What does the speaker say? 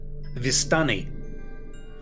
Vistani